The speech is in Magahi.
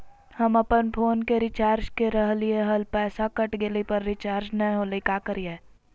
हम अपन फोन के रिचार्ज के रहलिय हल, पैसा कट गेलई, पर रिचार्ज नई होलई, का करियई?